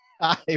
hi